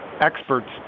expert's